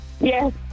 Yes